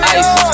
ice